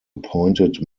appointed